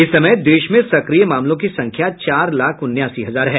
इस समय देश में सक्रिय मामलों की संख्या चार लाख उनासी हजार है